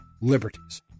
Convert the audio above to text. liberties